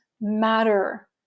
matter